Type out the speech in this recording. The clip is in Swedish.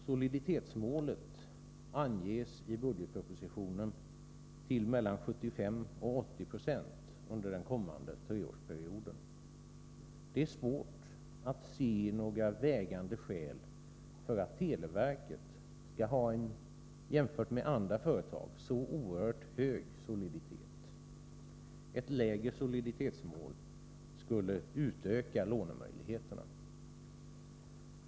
Soliditetsmålet anges i budgetpropositionen till mellan 75 och 80 26 under den kommande treårsperioden. Det är svårt att se några vägande skäl för att televerket skall ha en jämfört med andra företag så oerhört hög soliditet. Ett lägre soliditetsmål skulle utöka lånemöjligheterna.